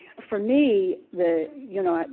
for me, the you know,